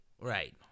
Right